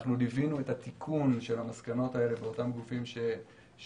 לוונו את התיקון של המסקנות האלה באותם גופים שהתבצעו.